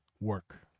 work